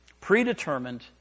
Predetermined